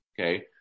okay